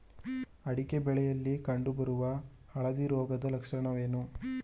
ಅಡಿಕೆ ಬೆಳೆಯಲ್ಲಿ ಕಂಡು ಬರುವ ಹಳದಿ ರೋಗದ ಲಕ್ಷಣಗಳೇನು?